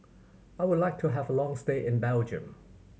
I would like to have a long stay in Belgium